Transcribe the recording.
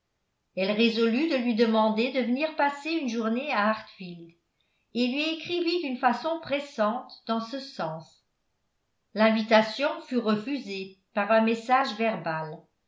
elle résolut de lui demander de venir passer une journée à hartfield et lui écrivit d'une façon pressante dans ce sens l'invitation fut refusée par un message verbal